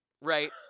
right